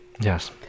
Yes